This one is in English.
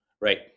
Right